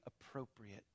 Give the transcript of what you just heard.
appropriate